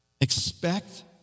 Expect